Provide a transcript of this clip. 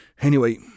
Anyway